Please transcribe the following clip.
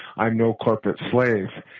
i'm no corporate slave,